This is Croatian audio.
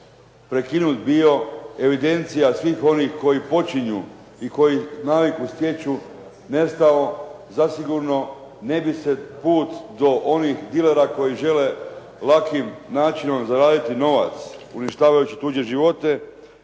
prekinut bio evidencija svih onih koji počinju i koji naviku stječu nestao zasigurno ne bi se put do onih dilera koji žele lakim načinom zaraditi novac uništavajući tuđe živote